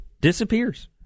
disappears